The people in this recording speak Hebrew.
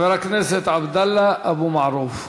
חבר הכנסת עבדאללה אבו מערוף.